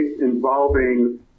involving